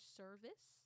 service